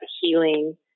healing